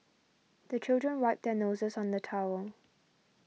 the children wipe their noses on the towel